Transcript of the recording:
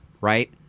right